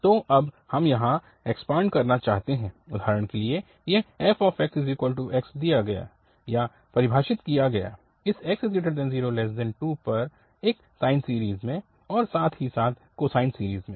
तो अब हम यहाँ एक्सपांन्ड करना चाहते हैं उदाहरण के लिएयह fxx दिया गया या परिभाषित किया गया इस 0x2 पर एक साइन सीरीज़ में और साथ ही साथ कोसाइन सीरीज़ में